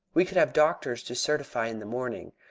we could have doctors to certify in the morning.